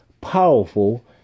powerful